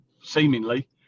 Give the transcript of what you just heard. seemingly